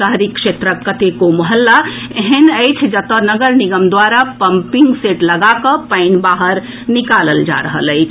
शहरी क्षेत्रक कतेको मोहल्ला एहेन अछि जतऽ नगर निगम द्वारा पंपिंग सेट लगाकऽ पानि बाहर निकालल जा रहल अछि